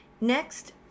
Next